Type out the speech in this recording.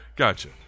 gotcha